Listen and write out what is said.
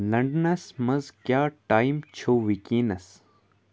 لنڈنس منٛز کیٛاہ ٹایم چھُ وٕنۍکیٚنَس